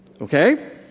Okay